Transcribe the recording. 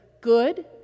good